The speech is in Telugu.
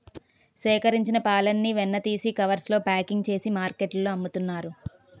సేకరించిన పాలని వెన్న తీసి కవర్స్ లో ప్యాకింగ్ చేసి మార్కెట్లో అమ్ముతున్నారు